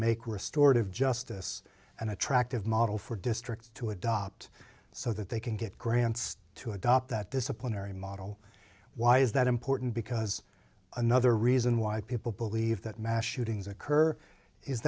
make restorative justice an attractive model for districts to adopt so that they can get grants to adopt that disciplinary model why is that important because another reason why people believe that mass shootings occur is